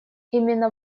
именно